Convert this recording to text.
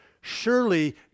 Surely